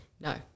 No